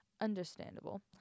understandable